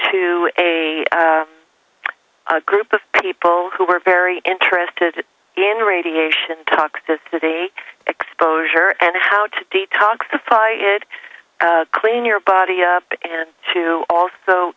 a a group of people who were very interested in radiation toxicity exposure and how to detox fight it clean your body up and to also